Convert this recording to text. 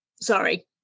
sorry